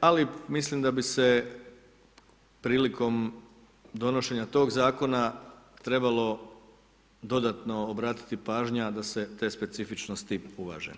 ali mislim da bi se prilikom donošenja tog zakona trebalo dodatno obratiti pažnja da se te specifičnosti uvaže.